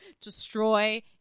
destroy